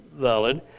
valid